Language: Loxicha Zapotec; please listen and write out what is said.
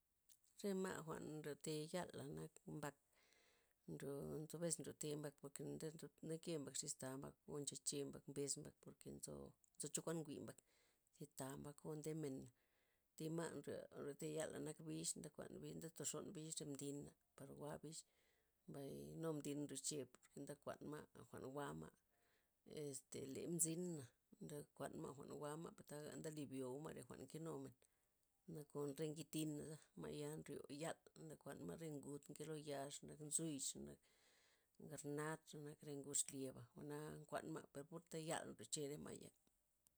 Re ma' jwa'n nryote' yal la' nak mbak, nryo nzo bes nryote' mbak porke' nde- ndeke mbak xis zista mbak o nchoche mbak mbes mbak por nzo chokuan nwi mbak, zi taa' mbaka o nde men, thi ma' nryo reta yal nak bich ndekuan bich nde thoxon bich re mbina' par jwa' bich. mbay nu mbin nrioche por ndekuan ma' jwa'n jwa'ma', este le nzin na' ndekuan ma' jwa'n jwa'ma' per taga ndeli byouma' re jwa'n nke numen, nakon re ngidtina' za ma'ya nrio yal nde kuan ma' re ngud nke lo yaaba' xenak re nzuy, xenak garnad, xenak re ngud xlyeba' jwa'na nkuan ma' per purta yal nryoche re ma'ya.